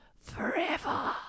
forever